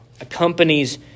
accompanies